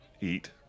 eat